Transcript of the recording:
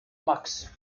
max